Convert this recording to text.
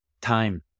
time